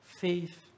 faith